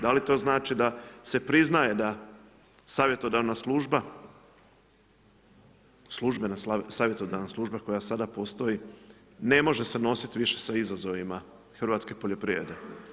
Da li to znači da se priznaje da savjetodavna služba, službena savjetodavna služba koja sada postoji ne može se nositi više sa izazovima hrvatske poljoprivrede?